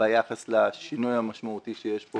ביחס לשינוי המשמעותי שיש פה